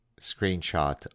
screenshot